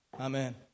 Amen